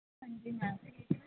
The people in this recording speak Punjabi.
ਹਾਂਜੀ ਮੈਮ